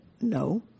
No